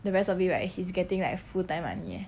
the rest of it right he's getting like full time money eh